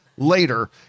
later